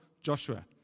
Joshua